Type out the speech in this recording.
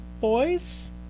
Boys